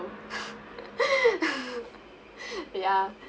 ya